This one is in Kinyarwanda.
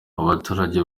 abaturage